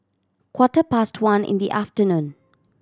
quarter past one in the afternoon